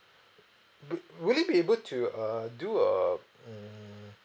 would would you be able to uh do a mm